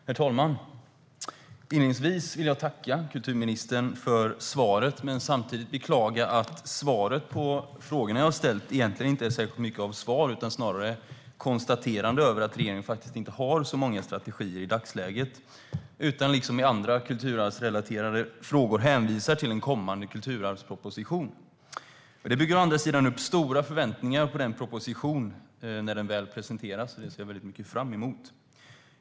Herr talman! Inledningsvis vill jag tacka kulturministern för svaret men samtidigt beklaga att svaret på frågorna jag har ställt egentligen inte är särskilt mycket av svar utan snarare konstateranden av att regeringen faktiskt inte har så många strategier i dagsläget utan, liksom i andra kulturarvsrelaterade frågor, hänvisar till en kommande kulturarvsproposition. Det bygger å andra sidan upp stora förväntningar på den propositionen när den väl presenteras, och det ser jag mycket fram emot.